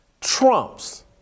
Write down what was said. trumps